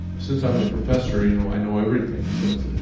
since i'm a professor, you know i know everything, so